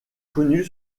connu